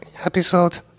episode